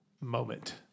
moment